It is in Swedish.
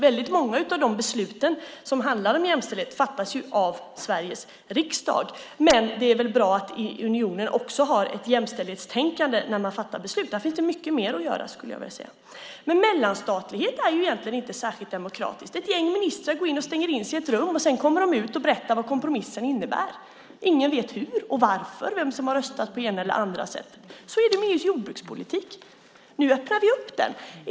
Väldigt många av de beslut som handlar om jämställdhet fattas av Sveriges riksdag, men det är väl bra att unionen också har ett jämställdhetstänkande när man fattar beslut. Där finns det mycket mer att göra, skulle jag vilja säga. Mellanstatlighet är egentligen inte särskilt demokratiskt. Ett gäng ministrar stänger in sig i ett rum, och sedan kommer de ut och berättar vad kompromissen innebär. Ingen vet hur och varför eller vem som har röstat på det ena eller andra sättet. Så är det med jordbrukspolitiken, men nu öppnar vi upp den.